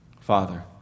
Father